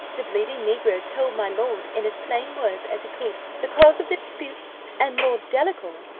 the bleeding negro told my lord, in as plain words as he could, the cause of the dispute and lord delacour,